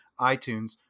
iTunes